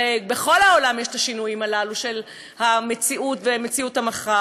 הרי בכל העולם יש השינויים הללו של המציאות ומציאות המחר.